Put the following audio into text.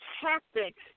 tactics